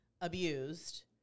abused